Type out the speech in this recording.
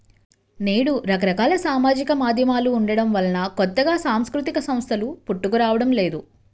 నేడు రకరకాల సామాజిక మాధ్యమాలు ఉండటం వలన కొత్తగా సాంస్కృతిక సంస్థలు పుట్టుకురావడం లేదు